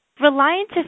Reliance